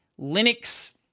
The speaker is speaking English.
Linux